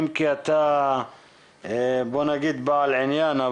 אם כי אתה בעל עניין.